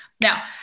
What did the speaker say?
Now